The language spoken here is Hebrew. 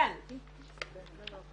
כי אחרת זה סעיף עוקף